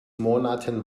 monaten